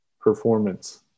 performance